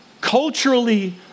culturally